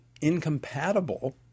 incompatible